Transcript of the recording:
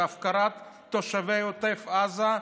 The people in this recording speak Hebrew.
זה הפקרת תושבי עוטף עזה,